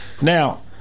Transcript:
Now